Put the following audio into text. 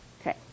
Okay